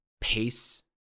pace